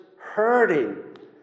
hurting